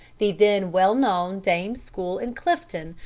the then well-known dame school in clifton,